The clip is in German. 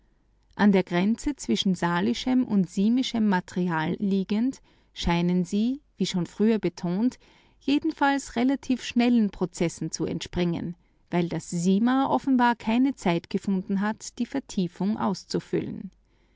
an der grenze zwischen dem lithosphärischen material und dem barysphärischen und scheinen jedenfalls relativ schnellen prozessen zu entspringen weil das sima offenbar noch keine zeit gefunden hat die vertiefung auszufüllen